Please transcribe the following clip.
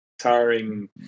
tiring